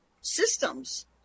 systems